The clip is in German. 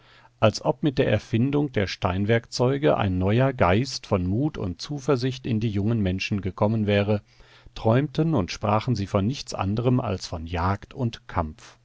als ob mit der erfindung der steinwerkzeuge ein neuer geist von mut und zuversicht in die jungen menschen gekommen wäre träumten und sprachen sie von nichts anderem als von jagd und kampf